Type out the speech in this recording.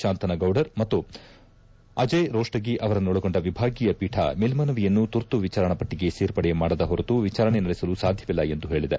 ಶಾಂತನಗೌಡರ್ ಮತ್ತು ಅಜಯ್ ರಷ್ವೋಗಿ ಅವರನ್ನೊಳಗೊಂಡ ವಿಭಾಗೀಯ ಪೀಠ ಮೇಲ್ದನವಿಯನ್ನು ತುರ್ತು ವಿಚಾರಣಾ ಪಟ್ಟಿಗೆ ಸೇರ್ಪಡೆ ಮಾಡದ ಹೊರತು ವಿಚಾರಣೆ ನಡೆಸಲು ಸಾಧ್ಯವಿಲ್ಲ ಎಂದು ಹೇಳಿದೆ